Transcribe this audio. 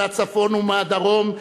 מהצפון ומהדרום,